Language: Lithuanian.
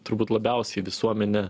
turbūt labiausiai visuomenę